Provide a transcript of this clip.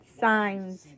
signs